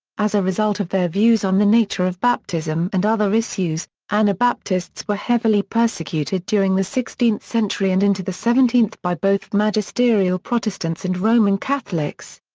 as a result of their views on the nature of baptism and other issues, anabaptists were heavily persecuted during the sixteenth century and into the seventeenth by both magisterial protestants and roman catholics.